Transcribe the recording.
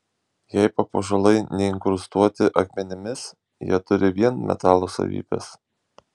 jei papuošalai neinkrustuoti akmenimis jie turi vien metalo savybes